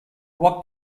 what